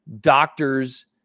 doctors